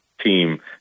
team